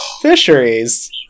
fisheries